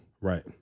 right